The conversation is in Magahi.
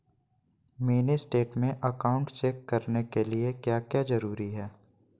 मिनी स्टेट में अकाउंट चेक करने के लिए क्या क्या जरूरी है?